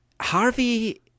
Harvey